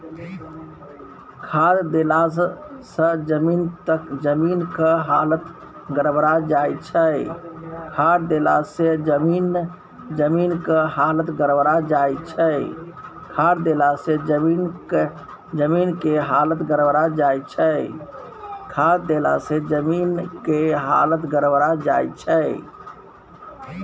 खाद देलासँ जमीनक हालत गड़बड़ा जाय छै